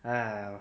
!haiya!